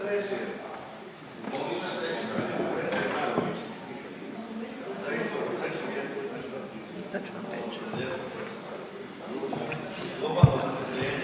Hvala vam.